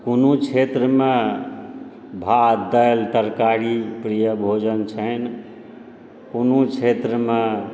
कोनो क्षेत्रमे भात दालि तरकारी प्रिय भोजन छनि कोनो क्षेत्रमे